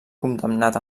condemnat